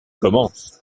commencent